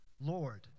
Lord